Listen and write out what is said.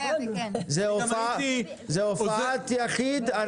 זו הופעת יחיד.